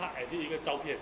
她 edit 一个照片